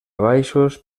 baixos